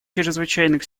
чрезвычайных